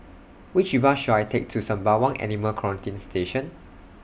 Which Bus should I Take to Sembawang Animal Quarantine Station